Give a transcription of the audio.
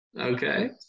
Okay